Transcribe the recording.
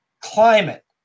climate